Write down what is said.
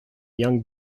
young